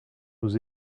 nous